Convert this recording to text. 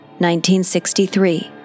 1963